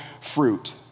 fruit